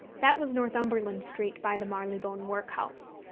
that was northumberland street by the marylebone workhouse,